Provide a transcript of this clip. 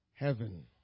heaven